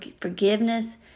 forgiveness